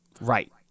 Right